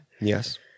Yes